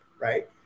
right